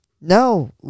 no